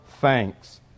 thanks